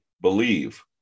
believe